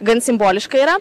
gan simboliška yra